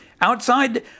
Outside